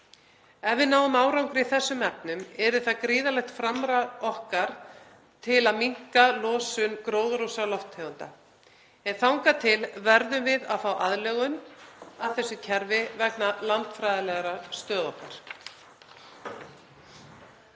Ef við náum árangri í þessum efnum yrði það gríðarlegt framlag okkar til að minnka losun gróðurhúsalofttegunda, en þangað til verðum við að fá aðlögun að þessu kerfi vegna landfræðilegrar stöðu okkar.